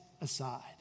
aside